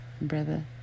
brother